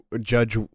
judge